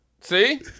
See